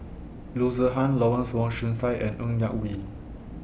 Loo Zihan Lawrence Wong Shyun Tsai and Ng Yak Whee